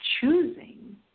choosing